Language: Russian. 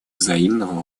взаимного